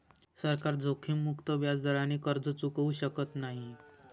सरकार जोखीममुक्त व्याजदराने कर्ज चुकवू शकत नाही